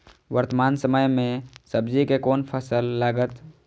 वर्तमान समय में सब्जी के कोन फसल लागत?